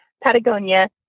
Patagonia